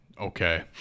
Okay